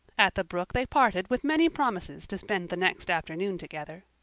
at the brook they parted with many promises to spend the next afternoon together.